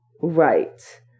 Right